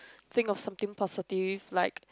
think of something positive like